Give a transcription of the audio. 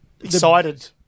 Excited